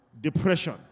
Depression